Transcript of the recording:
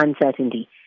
uncertainty